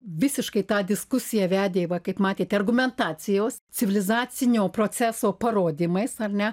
visiškai tą diskusiją vedė va kaip matėte argumentacijos civilizacinio proceso parodymais ar ne